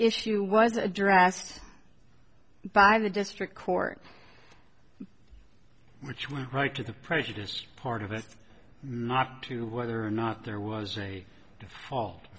issue was addressed by the district court which went right to the prejudiced part of it not to whether or not there was a default